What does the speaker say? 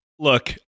Look